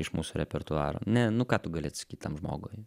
iš mūsų repertuaro ne nu ką tu gali atsakyt tam žmogui